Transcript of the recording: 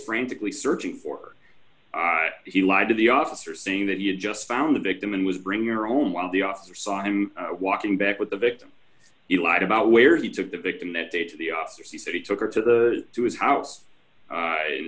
frantically searching for he lied to the officer saying that he had just found the victim and was bring your own while the officer saw him walking back with the victim he lied about where he took the victim that day to the officers he said he took her to the to his house i